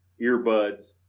earbuds